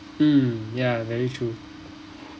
mm ya very true